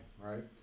right